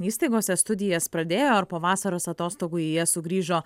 įstaigose studijas pradėjo ir po vasaros atostogų jie sugrįžo